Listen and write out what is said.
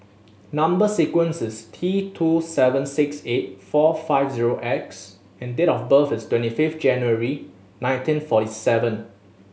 number sequence is T two seven six eight four five zero X and date of birth is twenty fifth January nineteen forty seven